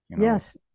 Yes